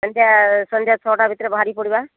ସନ୍ଧ୍ୟା ସନ୍ଧ୍ୟା ଛଅଟା ଭିତରେ ବାହାରିପଡ଼ିବା